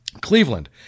cleveland